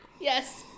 Yes